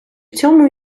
цьому